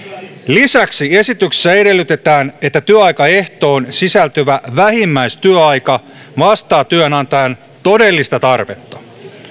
lisäksi esityksessä edellytetään että työaikaehtoon sisältyvä vähimmäistyöaika vastaa työnantajan todellista tarvetta